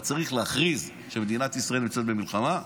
אתה צריך להכריז שמדינת ישראל נמצאת במלחמה.